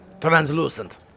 translucent